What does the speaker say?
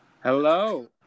Hello